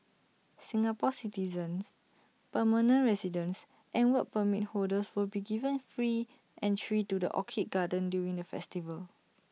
Singapore citizens permanent residents and Work Permit holders will be given free entry to the orchid garden during the festival